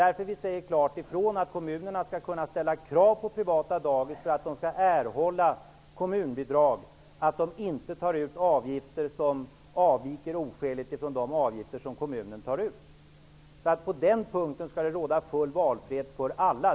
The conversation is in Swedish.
Därför säger vi klart ifrån att kommunerna skall kunna ställa som krav på privata dagis, för att de skall erhålla kommunbidrag, att de inte tar ut avgifter som avviker oskäligt från de som kommunen tar ut. På den punkten skall det råda full valfrihet för alla.